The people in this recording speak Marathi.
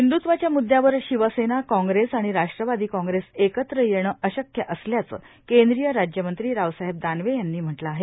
हिंदुत्त्वाच्या मुद्यावर शिवसेना काँग्रेस आणि राष्ट्रवादी काँग्रेस एकत्र येणं अशक्य असल्याचं कैंद्रीय राज्यमंत्री रावसाहेब दानवे यांनी म्हटलं आहे